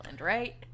right